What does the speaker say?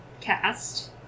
cast